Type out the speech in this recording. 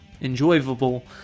Enjoyable